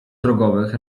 drogowych